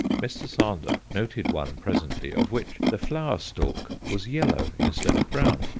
mr. sander noted one presently of which the flower-stalk was yellow instead of brown,